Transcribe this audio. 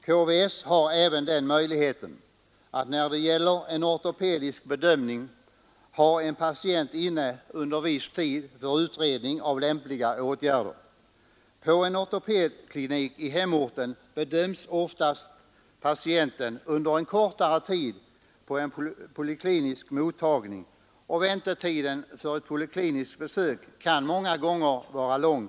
KVS har även den möjligheten att när det gäller en ortopedisk bedömning ha en patient inne under viss tid för utredning av lämpliga åtgärder. På en ortopedklinik i hemorten bedöms ofta patienten under en kortare tid på en poliklinisk mottagning, och väntetiden för ett polikliniskt besök kan många gånger vara lång.